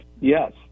Yes